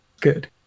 good